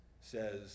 says